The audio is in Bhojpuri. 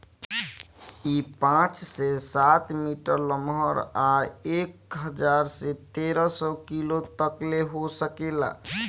इ पाँच से सात मीटर लमहर आ एक हजार से तेरे सौ किलो तकले हो सकेला